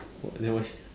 !wah! then what she